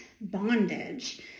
bondage